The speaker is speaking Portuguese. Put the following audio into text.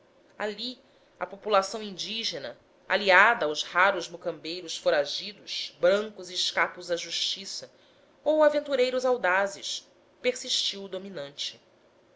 ali a população indígena aliada aos raros mocambeiros foragidos brancos escapos à justiça ou aventureiros audazes persistiu dominante